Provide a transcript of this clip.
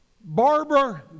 Barbara